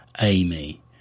Amy